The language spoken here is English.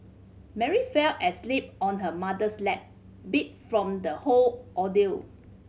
Mary fell asleep on her mother's lap beat from the whole ordeal